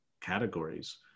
categories